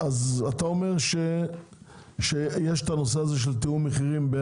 אז אתה אומר שיש את הנושא של תיאום מחירים,